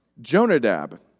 Jonadab